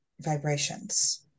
vibrations